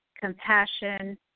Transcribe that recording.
compassion